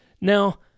Now